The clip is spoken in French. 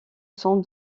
sont